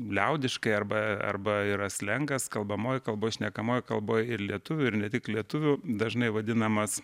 liaudiškai arba arba yra slengas kalbamoj kalboj šnekamojoj kalboj ir lietuvių ir ne tik lietuvių dažnai vadinamas